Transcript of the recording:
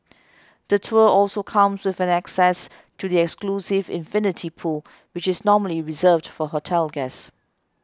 the tour also comes with an access to the exclusive infinity pool which is normally reserved for hotel guests